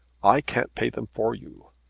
i can't pay them for you.